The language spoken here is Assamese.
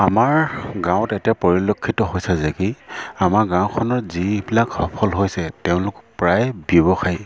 আমাৰ গাঁৱত এতিয়া পৰিলক্ষিত হৈছে যে কি আমাৰ গাঁওখনৰ যিবিলাক সফল হৈছে তেওঁলোক প্ৰায় ব্যৱসায়ী